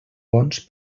bons